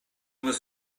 was